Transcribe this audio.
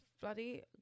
bloody